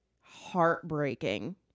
heartbreaking